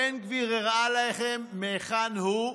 הבן גביר הראה לכם מהיכן הוא,